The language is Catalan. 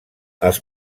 els